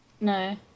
No